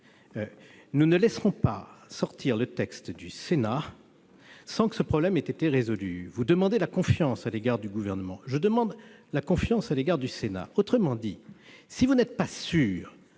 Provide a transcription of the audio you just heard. nous ne laisserons pas sortir le texte du Sénat sans que ce problème ait été résolu. Vous demandez la confiance à l'égard du Gouvernement. Je demande la confiance à l'égard du Sénat. En d'autres termes, si vous n'êtes pas sûr